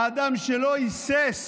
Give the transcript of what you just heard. האדם שלא היסס